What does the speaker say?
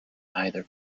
either